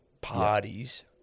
parties